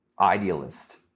idealist